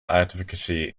advocacy